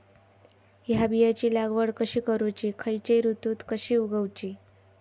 हया बियाची लागवड कशी करूची खैयच्य ऋतुत कशी उगउची?